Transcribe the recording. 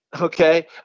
Okay